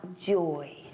joy